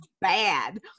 bad